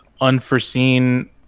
unforeseen